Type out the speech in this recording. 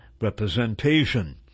representation